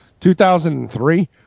2003